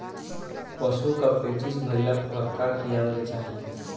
पशु क पेचिश भईला पर का खियावे के चाहीं?